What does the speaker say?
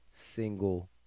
single